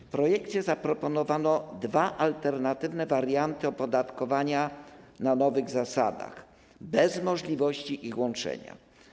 W projekcie zaproponowano dwa alternatywne warianty opodatkowania na nowych zasadach, bez możliwości ich łączenia.